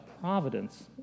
providence